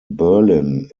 berlin